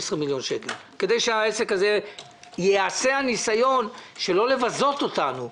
מיליון שקל כדי שייעשה ניסיון לא לבזות אותנו,